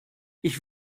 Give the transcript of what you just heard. ich